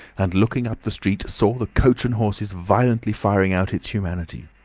and looking up the street saw the coach and horses violently firing out its humanity.